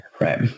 Right